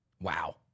Wow